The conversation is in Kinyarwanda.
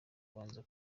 kubanza